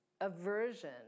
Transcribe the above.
aversion